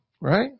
right